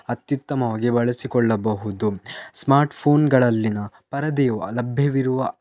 ಅತ್ಯುತ್ತಮವಾಗಿ ಬಳಸಿಕೊಳ್ಳಬಹುದು ಸ್ಮಾರ್ಟ್ ಫೋನ್ಗಳಲ್ಲಿನ ಪರದೆಯು ಲಭ್ಯವಿರುವ